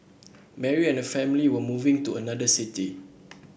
Mary and her family were moving to another city